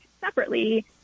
separately